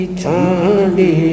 chandi